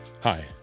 Hi